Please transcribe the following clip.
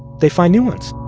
they find new ones